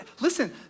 listen